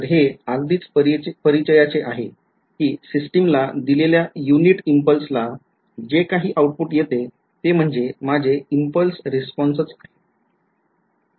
तर हे अगदीच परिचयाचे आहे कि सिस्टिमला दिलेल्या युनिट इम्पल्सला जे काही आउटपुट येते ते म्हणजे माझे इम्पल्स रिस्पोन्सच आहे